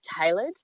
tailored